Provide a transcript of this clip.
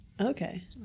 Okay